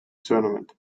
tournament